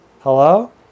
Hello